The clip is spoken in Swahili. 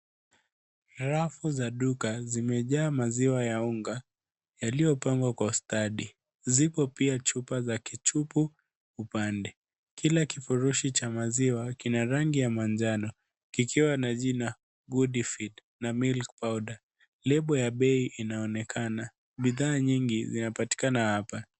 Rafu za duka zimejaa maziwa ya unga yaliyopangwa kwa ustadi. Zipo pia chupa za kichupu upande. Kila kifurushi cha maziwa kina rangi ya manjano ikiwa na jina goodifield milk powder . Lebo ya bei inaonekana. Bidhaa nyingi zinapatikana hapa.